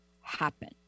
happen